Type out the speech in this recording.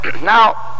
now